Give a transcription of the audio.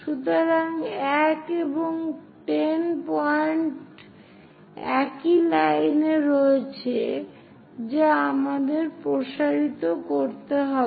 সুতরাং 1 এবং 10 পয়েন্ট একই লাইনে রয়েছে যা আমাদের প্রসারিত করতে হবে